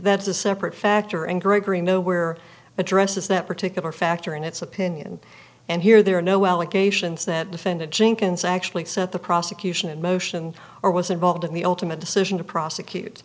that's a separate factor and gregory nowhere addresses that particular factor in its opinion and here there are no allegations that defendant jenkins actually set the prosecution in motion or was involved in the ultimate decision to prosecute